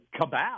cabal